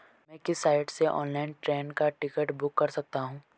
मैं किस साइट से ऑनलाइन ट्रेन का टिकट बुक कर सकता हूँ?